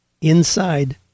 inside